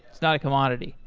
it's not commodity.